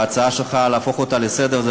וההצעה שלך להפוך אותה להצעה לסדר-היום זה